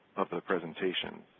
of the presentation.